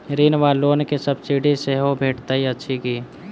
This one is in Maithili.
ऋण वा लोन केँ सब्सिडी सेहो भेटइत अछि की?